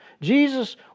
Jesus